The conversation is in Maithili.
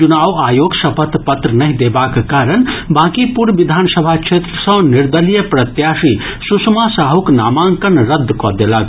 चुनाव आयोग शपथ पत्र नहि देबाक कारण बांकीपुर विधानसभा क्षेत्र सँ निर्दलीय प्रत्याशी सुषमा साहूक नामांकन रद्द कऽ देलक